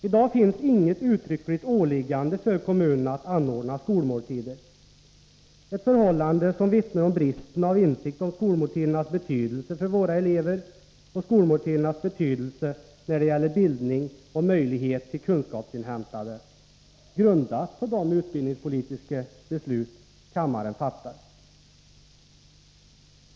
I dag finns inget uttryckligt åläggande för kommunerna att anordna skolmåltider — ett förhållande som vittnar om brist på insikt om skolmåltidernas betydelse för våra elever och skolmåltidernas betydelse när det gäller bildning och möjlighet till kunskapsinhämtande, grundat på de utbildningspolitiska beslut kammaren fattat.